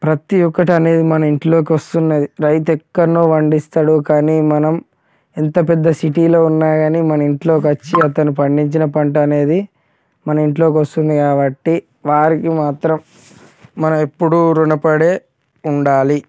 ప్రతి ఒకటి అనేది మన ఇంట్లోకి వస్తుంది రైతు ఎక్కడనో వండిస్తాడు కానీ మనం ఎంత పెద్ద సిటీలో ఉన్నా కానీ మన ఇంట్లోకి వచ్చి అతను పండించిన పంట అనేది మన ఇంట్లోకి వస్తుంది కాబట్టి వారికి మాత్రం మనం ఎప్పుడు ఋణపడి ఉండాలి